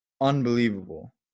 unbelievable